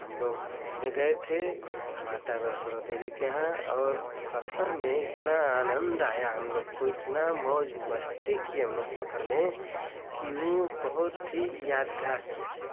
हम लोग घूमने गए थे माता वैष्णो देवी के यहाँ और सफर में इतना आनंद आया हम लोग को इतना मौज मस्ती किए हम लोग सफर में कि वो बहुत ही यादगार चीज है